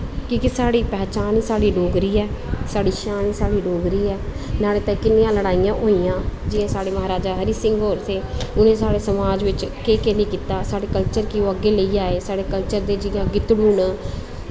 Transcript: कि के साढ़ी पंछान साढ़ी डोगरी ऐ साढ़ी शान साढ़ी डोगरी ऐ नहाड़े ते किन्नियां लड़ाइयां होइयां जि'यां साढ़े राजा हरी सिंह होर हे उ'नें साढ़े समाज बिच्च केह् केह् निं कीता साढ़े कल्चर गी ओह् अग्गें लेइयै आए साढ़े कल्चर दे जि'यां गीतड़ू न